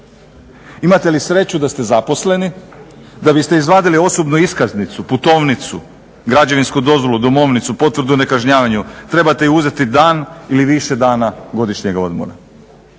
Imate li sreću da ste zaposleni da biste izvadili osobnu iskaznicu, putovnicu, građevinsku dozvolu, domovnicu, potvrdu o nekažnjavanju trebate uzeti dan ili više dana godišnjeg odmora.